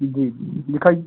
जी जी दिखाइए